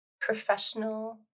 professional